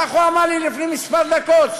כך הוא אמר לי לפני כמה דקות,